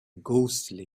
ghostly